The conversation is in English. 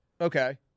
Okay